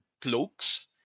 cloaks